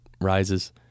rises